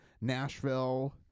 Nashville